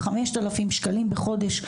5,000 שקלים בחודש,